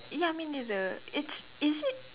ya I mean neither it's is it